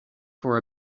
for